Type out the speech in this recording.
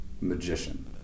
Magician